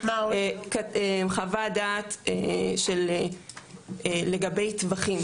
חוות דעת לגבי טווחים,